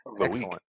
excellent